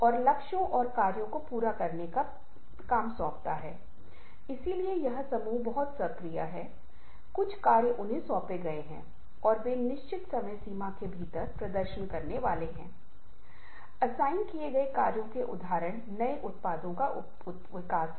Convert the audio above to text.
आज हम पूरी तरह से एक पहलू पर ध्यान केंद्रित करने जा रहे हैं जो ग्रंथों और छवियों के बीच संबंध है